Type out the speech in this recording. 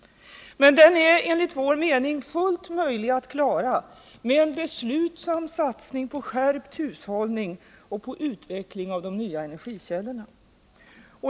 Men den är enligt vår mening fullt möjlig att klara med en beslutsam satsning på skärpt hushållning och utveckling av de nya energikällorna.